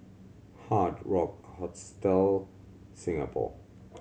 Hard Rock Hostel Singapore